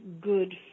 good